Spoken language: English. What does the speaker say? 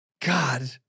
God